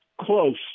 close